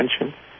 attention